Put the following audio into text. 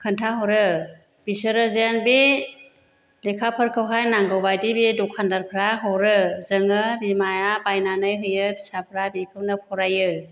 खोनथाहरो बिसोरो जेन बे लेखाफोरखौहाय नांगौबायदि बे दखानदारफ्रा हरो जोङो बिमाया बायनानै होयो फिसाफ्रा बेखौनो फरायो